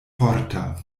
forta